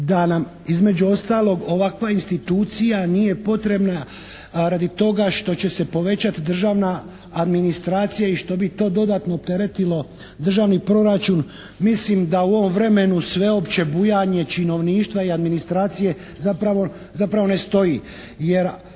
da nam između ostalog ovakva institucija nije potrebna radi toga što će se povećati državna administracija i što bi to dodatno opteretilo državni proračun. Mislim da u ovom vremenu sveopće bujanje činovništva i administracije zapravo ne stoji